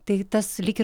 tai tas lyg ir